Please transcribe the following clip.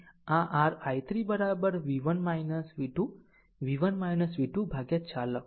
આમ અહીં આ r i3 v1 v2 v1 v2 ભાગ્યા 4 લખવું